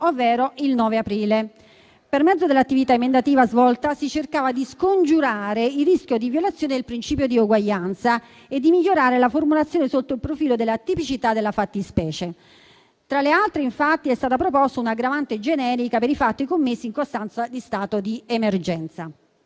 ovvero il 9 aprile. Per mezzo dell'attività emendativa svolta si cercava di scongiurare il rischio di violazione del principio di uguaglianza e di migliorare la formulazione sotto il profilo della tipicità della fattispecie. Tra le altre, infatti, è stata proposta un'aggravante generica per i fatti commessi in costanza di stato di emergenza.